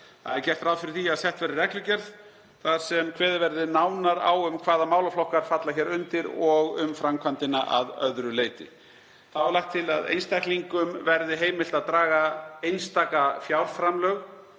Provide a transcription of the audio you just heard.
Gert er ráð fyrir því að sett verði reglugerð þar sem kveðið verði nánar á um hvaða málaflokkar falla hér undir og um framkvæmdina að öðru leyti. Þá er lagt til að einstaklingum verði heimilt að draga einstaka fjárframlög